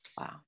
Wow